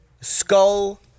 skull